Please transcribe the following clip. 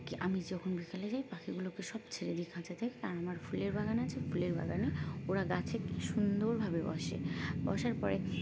কি আমি যখন বিকেলে যাই পাখিগুলোকে সব ছেড়ে দিই খাঁচা থেকে কারণ আমার ফুলের বাগান আছে ফুলের বাগানে ওরা গাছে সুন্দরভাবে বসে বসার পরে